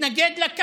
התנגד לה כאן.